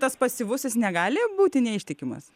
tas pasyvusis negali būti neištikimas